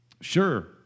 Sure